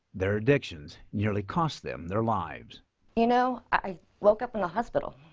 their addictions nearly cost them their lives. you know i woke up in the hospital